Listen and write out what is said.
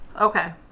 okay